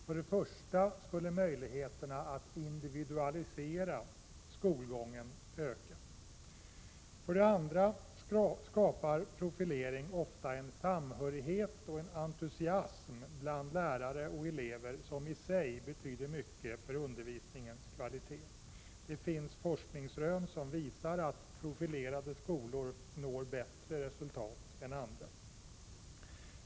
För det första skulle möjligheterna att individualisera skolgången öka. För det andra skapar profilering ofta en samhörighet och en entusiasm bland lärare och elever som i sig betyder mycket för undervisningens kvalitet. Det finns forskningsrön som visar att profilerade skolor når bättre resultat än andra.